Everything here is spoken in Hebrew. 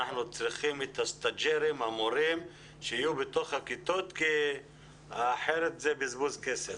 אנחנו צריכים את המורים המתמחים שיהיו בכיתות כי אחרת זה בזבוז כסף.